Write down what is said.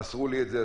מסרו לי את זה.